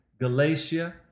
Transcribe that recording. Galatia